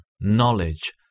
knowledge